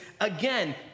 again